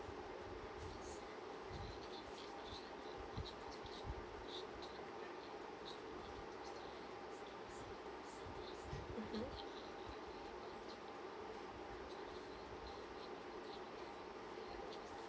mmhmm